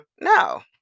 No